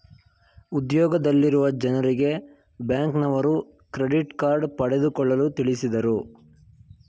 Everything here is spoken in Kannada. ಉದ್ಯೋಗದಲ್ಲಿರುವ ಜನರಿಗೆ ಬ್ಯಾಂಕ್ನವರು ಕ್ರೆಡಿಟ್ ಕಾರ್ಡ್ ಪಡೆದುಕೊಳ್ಳಲು ತಿಳಿಸಿದರು